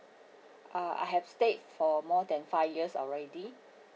uh I have stayed for more than five years already